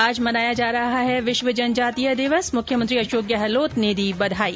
आज मनाया जा रहा है विश्व जनजातीय दिवस मुख्यमंत्री अशोक गहलोत ने दी बधाई